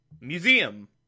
Museum